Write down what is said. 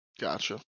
gotcha